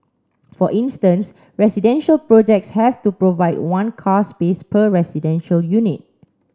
for instance residential projects have to provide one car space per residential unit